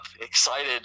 excited